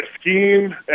scheme